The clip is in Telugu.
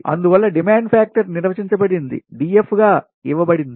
అందువల్ల డిమాండ్ ఫ్యాక్టర్ నిర్వచించబడింది DF గా ఇవ్వబడింది